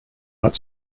not